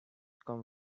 come